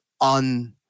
on